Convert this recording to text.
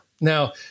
Now